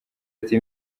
ati